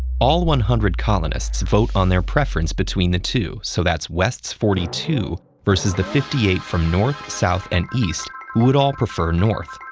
all one hundred colonists vote on their preference between the two. so that's west's forty two versus the fifty eight from north, south, and east, who would all prefer north.